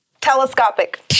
Telescopic